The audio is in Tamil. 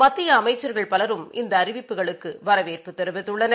மத்தியஅமைச்சர்கள் பலரும் இந்தஅறிவிப்புகளுக்குவரவேற்பு தெரிவித்துள்ளனர்